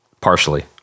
Partially